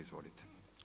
Izvolite.